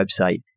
website